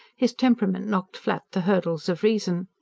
his temperament knocked flat the hurdles of reason.